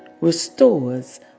restores